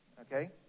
okay